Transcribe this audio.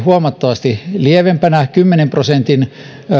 huomattavasti lievempänä kymmenen prosentin